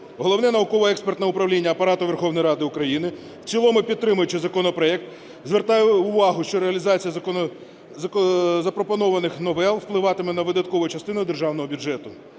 Головне науково-експертне управління Апарату Верховної Ради України, в цілому підтримуючи законопроект, звертає увагу, що реалізація запропонованих новел впливатиме на видаткову частину державного бюджету.